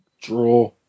Draw